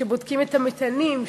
שבודקים את המטענים,